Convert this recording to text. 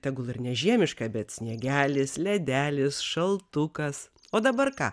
tegul ir nežiemiška bet sniegelis ledelis šaltukas o dabar ką